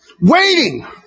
waiting